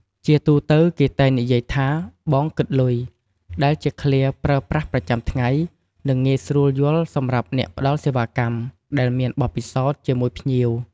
ជាទូទៅគេតែងនិយាយថា "បងគិតលុយ" ដែលជាឃ្លាប្រើប្រាស់ប្រចាំថ្ងៃ និងងាយស្រួលយល់សម្រាប់អ្នកផ្ដល់សេវាកម្មដែលមានបទពិសោធន៍ជាមួយភ្ញៀវ។